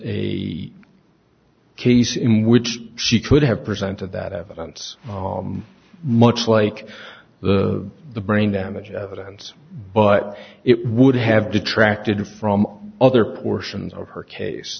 a case in which she could have presented that evidence much like the brain damage evidence but it would have detracted from other portions of her case